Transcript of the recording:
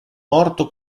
morto